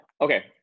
okay